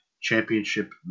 championship